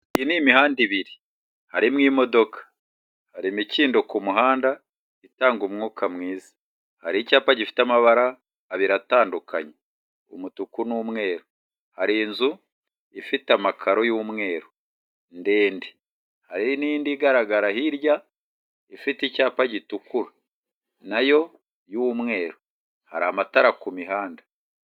Iyi ni imihanda ibiri, harimo imodoka, hari imikindo ku muhanda itanga umwuka mwiza. Hari icyapa gifite amabara abiri atandukanye, umutuku n'umweru. Hari inzu ifite amakaro y'umweru ndende, hari n'indi igaragara hirya ifite icyapa gitukura na yo y'umweru. Hari amatara ku mihanda.